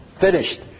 finished